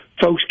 folks